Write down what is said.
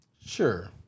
Sure